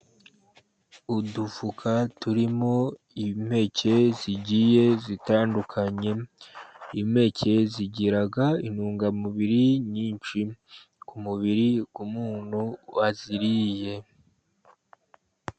Udufuka turimo impeke zigiye zitandukanye, impeke zigira intungamubiri nyinshi ku mubiri w'umuntu waziriye.